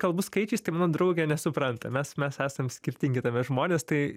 kalbu skaičiais tai mano draugė nesupranta mes mes esam skirtingi tame žmonės tai